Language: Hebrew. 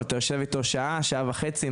אבל יושב איתו שעה-שעה וחצי,